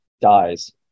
dies